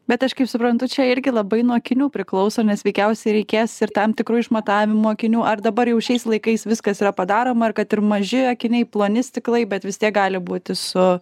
bet aš kaip suprantu čia irgi labai nuo akinių priklauso nes veikiausiai reikės ir tam tikrų išmatavimų akinių ar dabar jau šiais laikais viskas yra padaroma ir kad ir maži akiniai ploni stiklai bet vis tiek gali būti su